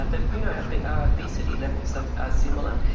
ah but you know ah but our obesity levels are similar,